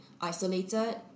isolated